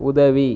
உதவி